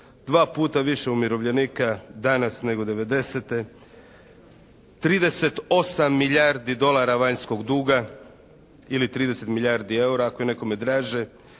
dva puta više umirovljenika danas nego '90., 38 milijardi dolara vanjskog duga ili 30 milijardi EUR-a ako je nekome draže.